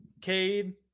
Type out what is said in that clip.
Cade